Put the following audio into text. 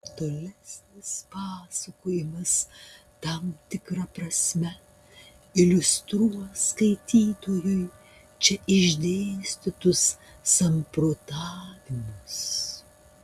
tolesnis pasakojimas tam tikra prasme iliustruos skaitytojui čia išdėstytus samprotavimus